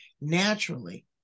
naturally